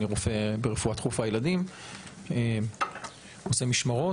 אני רופא ברפואה דחופה ילדים ועושה משמרות.